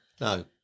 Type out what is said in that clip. No